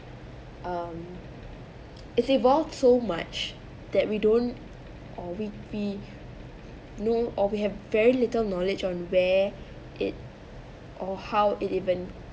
um it's evolved so much that we don't or we we know or we have very little knowledge on where it or how it even